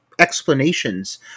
Explanations